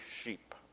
sheep